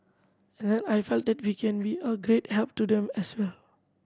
and then I felt that we can be of great help to them as well